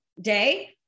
day